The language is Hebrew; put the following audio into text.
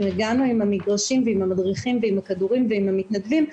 אם הגענו עם המגרשים ועם המדריכים ועם הכדורים ועם המתנדבים,